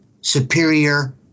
superior